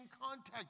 contact